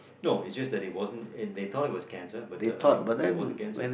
no it just that it wasn't they they thought that it was cancer but turns out it it wasn't cancer